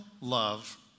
love